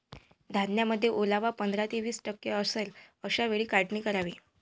धान्यामध्ये ओलावा पंधरा ते वीस टक्के असेल अशा वेळी काढणी करावी